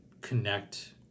connect